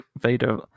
Vader